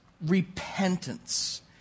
repentance